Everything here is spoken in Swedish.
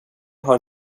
har